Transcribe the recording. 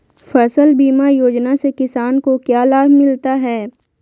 फसल बीमा योजना से किसान को क्या लाभ मिलता है?